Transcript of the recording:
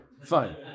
Fine